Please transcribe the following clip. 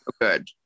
good